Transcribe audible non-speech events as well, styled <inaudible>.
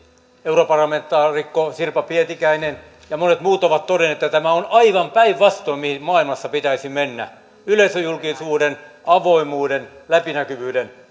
europarlamentaarikko sirpa pietikäinen ja monet muut ovat todenneet tämä on aivan päinvastoin kuin mihin maailmassa pitäisi mennä yleisöjulkisuuden avoimuuden läpinäkyvyyden <unintelligible>